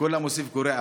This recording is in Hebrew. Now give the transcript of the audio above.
כל המוסיף גורע.